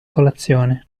colazione